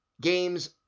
games